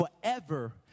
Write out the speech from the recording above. forever